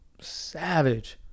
savage